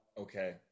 Okay